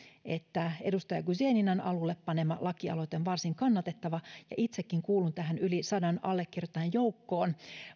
edustaja guzeninan alulle panema lakialoite on varsin kannatettava ja itsekin kuulun tähän yli sadan allekirjoittajan joukkoon